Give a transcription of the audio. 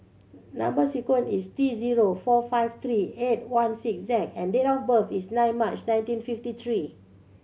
number sequence is T zero four five three eight one six Z and date of birth is nine March nineteen fifty three